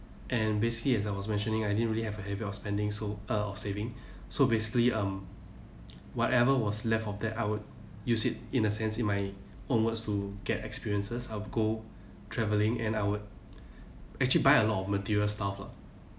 and basically as I was mentioning I didn't really have a habit of spending so uh of saving so basically um whatever was left of that I would use it in a sense in my own words to get experiences I would go travelling and I would actually buy a lot of material stuff lah